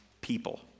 people